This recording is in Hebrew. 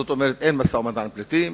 זאת אומרת שאין משא-ומתן על פליטים,